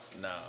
No